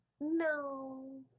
No